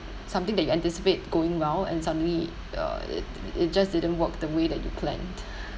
something that you anticipate going well and suddenly uh it it just didn't work the way that you planned